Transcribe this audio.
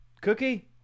cookie